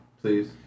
Please